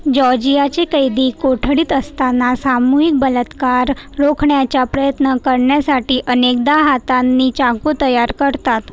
जॉजियाचे कैदी कोठडीत असताना सामूहिक बलात्कार रोखण्याचा प्रयत्न करण्यासाठी अनेकदा हातांनी चाकू तयार करतात